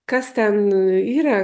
kas ten yra